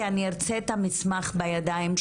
כי אני ארצה את המסמך בידיים שלי לפני שאנחנו ממשיכים,